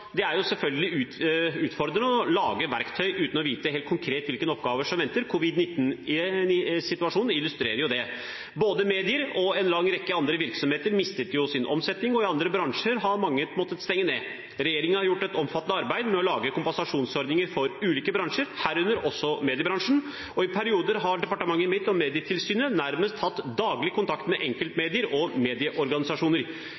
det selvfølgelig er utfordrende å lage verktøy uten å vite helt konkret hvilke oppgaver som venter. Covid-19-situasjonen illustrerer det. Både medier og en lang rekke andre virksomheter mistet sin omsetning, og i andre bransjer har mange måttet stenge ned. Regjeringen har gjort et omfattende arbeid med å lage kompensasjonsordninger for ulike bransjer, herunder også mediebransjen, og i perioder har departementet mitt og Medietilsynet nærmest hatt daglig kontakt med